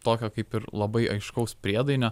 tokio kaip ir labai aiškaus priedainio